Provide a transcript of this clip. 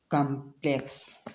complex